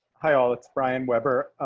hi all, it's brian weber.